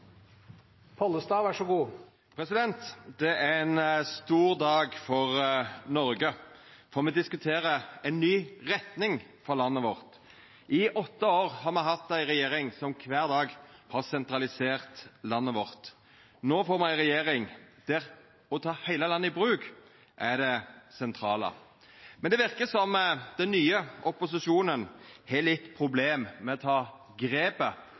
ein stor dag for Noreg, for me diskuterer ei ny retning for landet vårt. I åtte år har me hatt ei regjering som kvar dag har sentralisert landet vårt. No får me ei regjering der det å ta heile landet i bruk er det sentrale. Men det verkar som om den nye opposisjonen har litt problem med å ta